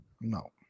No